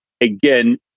again